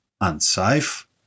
unsafe